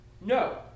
No